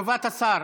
תשובת השר,